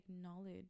acknowledge